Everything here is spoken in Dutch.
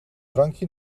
drankje